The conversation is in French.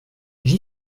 j’y